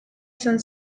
izan